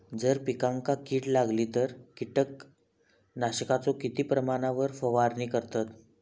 जर पिकांका कीड लागली तर कीटकनाशकाचो किती प्रमाणावर फवारणी करतत?